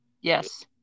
Yes